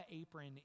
apron